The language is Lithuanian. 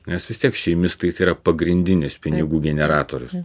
nes vis tiek šeimistai tai yra pagrindinis pinigų generatorius